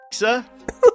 Alexa